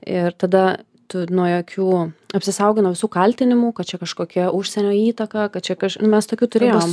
ir tada tu nuo jokių apsisaugai nuo visų kaltinimų kad čia kažkokia užsienio įtaka kad čia kaž nu mes tokių turėjom